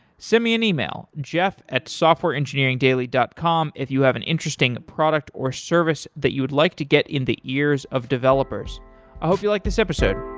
send me an email, jeff at softwareengineeringdaily dot com if you have an interesting product or service that you'd like to get in the ears of developers. i hope you like this episode.